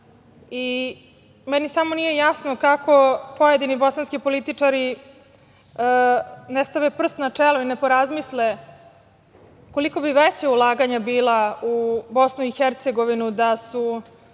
Meni samo nije jasno kako pojedini bosanski političari ne stave prst na čelo i ne porazmisle koliko bi veća ulaganja bila u Bosnu i Hercegovinu da su